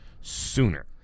sooner